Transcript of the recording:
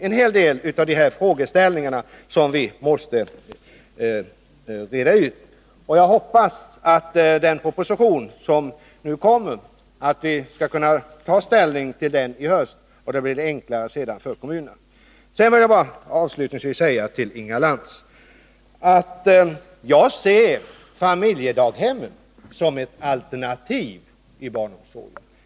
En hel del av dessa frågeställningar måste vi reda ut, och jag hoppas att vi i höst skall kunna ta ställning till den proposition som kommer. Det blir sedan enklare för kommunerna. Avslutningsvis vill jag säga till Inga Lantz att jag ser familjedaghem som ett alternativ i barnomsorgen.